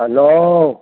hello